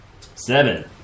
Seven